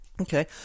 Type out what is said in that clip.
Okay